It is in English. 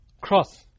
cross